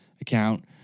account